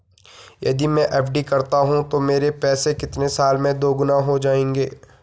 यदि मैं एफ.डी करता हूँ तो मेरे पैसे कितने साल में दोगुना हो जाएँगे?